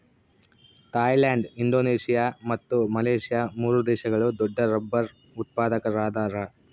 Thailand Indonesia ಮತ್ತು Malaysia ಮೂರು ದೇಶಗಳು ದೊಡ್ಡರಬ್ಬರ್ ಉತ್ಪಾದಕರದಾರ